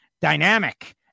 dynamic